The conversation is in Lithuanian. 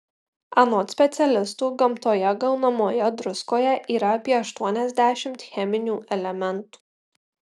anot specialistų gamtoje gaunamoje druskoje yra apie aštuoniasdešimt cheminių elementų